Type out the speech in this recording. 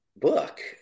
book